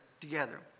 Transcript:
together